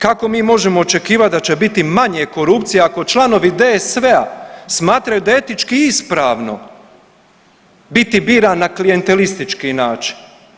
Kako mi možemo očekivati da će biti manje korupcije, ako članovi DSV-a smatraju da je etički ispravno biti biran na klijentelistički način?